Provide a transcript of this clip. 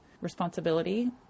responsibility